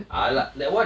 !alah! that [one]